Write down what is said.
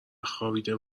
خوابیده